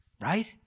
Right